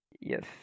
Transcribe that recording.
yes